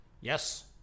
Yes